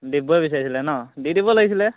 দিবই বিচাৰিছিলে ন দি দিব লাগিছিলে